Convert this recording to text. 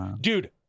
dude